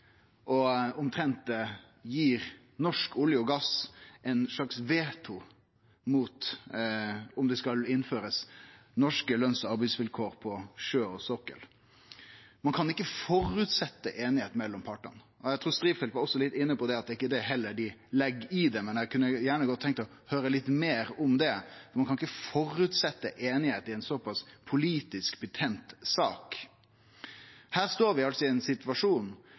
gir Norsk olje og gass ein slags vetorett i spørsmålet om det skal innførast norske løns- og arbeidsvilkår på sjø og sokkel. Ein kan ikkje føresetje einigheit mellom partane. Eg trur representanten Strifeldt også var inne på at det heller ikkje er det dei legg i det, men eg kunne gjerne tenkt meg å høyre litt meir om det. Ein kan ikkje føresetje einigheit i ei såpass politisk betent sak. Her står vi altså i ein situasjon